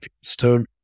stone